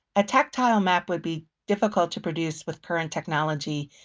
a tactile map would be difficult to produce with current technology.